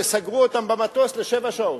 כשסגרו אותם במטוס לשבע שעות.